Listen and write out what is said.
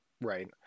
Right